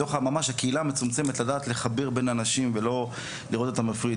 בתוך ממש הקהילה המצומצמת לדעת לחבר בין אנשים ולא לראות את המפריד.